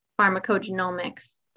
pharmacogenomics